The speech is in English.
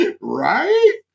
Right